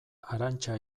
arantxa